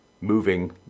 moving